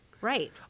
right